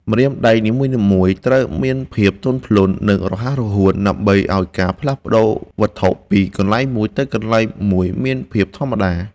ម្រាមដៃនីមួយៗត្រូវមានភាពទន់ភ្លន់ និង រហ័សរហួនដើម្បីឱ្យការផ្លាស់ប្តូរវត្ថុពីកន្លែងមួយទៅកន្លែងមួយមានភាពធម្មតា។